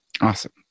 Awesome